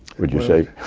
would you say?